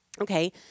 Okay